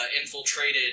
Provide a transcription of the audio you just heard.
infiltrated